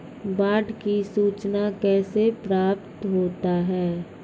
बाढ की सुचना कैसे प्राप्त होता हैं?